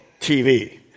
TV